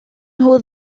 nhw